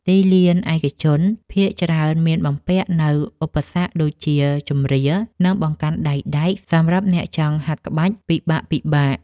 ទីលានឯកជនភាគច្រើនមានបំពាក់នូវឧបសគ្គដូចជា ជម្រាល និងបង្កាន់ដៃដែក សម្រាប់អ្នកចង់ហាត់ក្បាច់ពិបាកៗ។